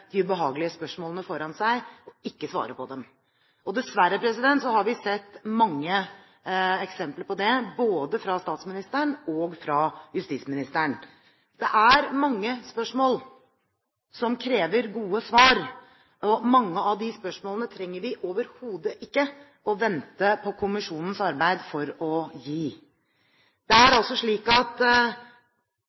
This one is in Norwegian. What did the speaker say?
de ubehagelige spørsmålene foran seg og ikke svare på dem. Dessverre har vi sett mange eksempler på det, både fra statsministeren og fra justisministeren. Det er mange spørsmål som krever gode svar, og mange av de svarene trenger vi overhodet ikke å vente på kommisjonens arbeid for å gi. Det er altså slik at